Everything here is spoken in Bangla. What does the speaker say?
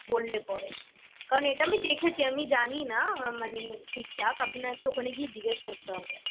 বললে পরে কারণ এটা আমি দেখেছি আমি জানি না মানে ঠিক ঠাক আপনাকে ওখানে গিয়ে জিজ্ঞেস হবে